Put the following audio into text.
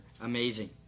amazing